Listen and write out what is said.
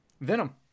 venom